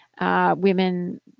women